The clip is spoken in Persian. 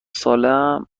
سالهام